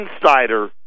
Insider